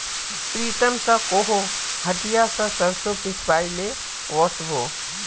प्रीतम स कोहो हटिया स सरसों पिसवइ ले वस बो